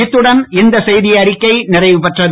இத்துடன் இந்த செய்தி அறிக்கை நிறைவு பெறுகிறது